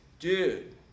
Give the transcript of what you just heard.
Dude